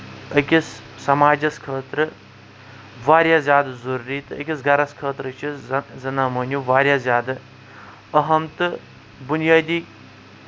أکِس سماجَس خٲطرٕ واریاہ زیادٕ ضروٗری تہٕ أکِس گرَس خٲطرٕ چھِ زَنان موہنیو واریاہ زیادٕ اَہم تہٕ بُنیٲدی